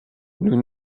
nous